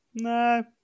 no